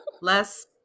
Less